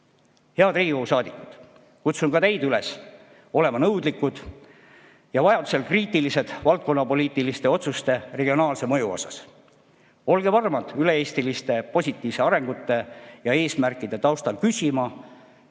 Head Riigikogu saadikud! Kutsun ka teid üles olema nõudlikud ja vajaduse korral kriitilised valdkonnapoliitiliste otsuste regionaalse mõju suhtes. Olge varmad üle‑eestiliste positiivsete arengusuundade ja eesmärkide taustal püsima